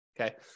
Okay